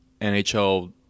NHL